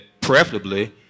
preferably